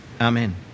amen